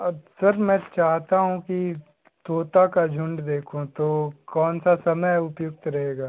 अब सर मैं चाहता हूँ कि तोता का झुंड देखूँ तो कौन सा समय उपयुक्त रहेगा